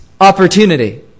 opportunity